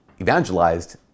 evangelized